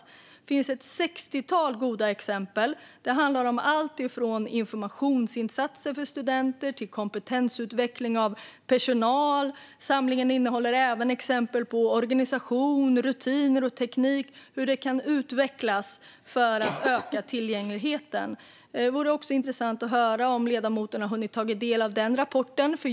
Där finns ett sextiotal goda exempel. Det handlar om allt från informationsinsatser för studenter till kompetensutveckling av personal. Samlingen innehåller även exempel på hur organisation, rutiner och teknik kan utvecklas för att öka tillgängligheten. Det vore intressant att höra om ledamoten har hunnit ta del av den rapporten.